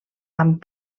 amb